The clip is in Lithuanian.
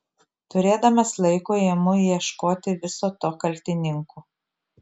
turėdamas laiko imu ieškoti viso to kaltininkų